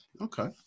Okay